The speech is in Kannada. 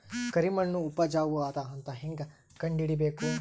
ಕರಿಮಣ್ಣು ಉಪಜಾವು ಅದ ಅಂತ ಹೇಂಗ ಕಂಡುಹಿಡಿಬೇಕು?